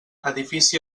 edifici